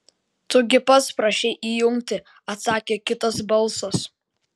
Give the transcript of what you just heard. tu gi pats prašei įjungti atsakė kitas balsas